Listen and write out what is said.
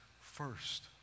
first